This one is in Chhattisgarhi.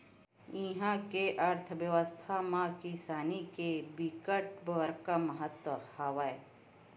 इहा के अर्थबेवस्था म किसानी के बिकट बड़का महत्ता हवय